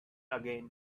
again